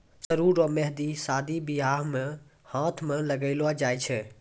सरु रो मेंहदी शादी बियाह मे हाथ मे लगैलो जाय छै